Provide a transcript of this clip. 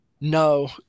no